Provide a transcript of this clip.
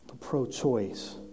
pro-choice